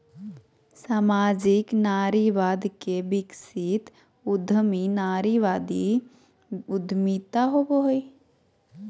सामाजिक नारीवाद से विकसित उद्यमी नारीवादी उद्यमिता होवो हइ